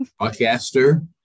Podcaster